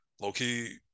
Low-key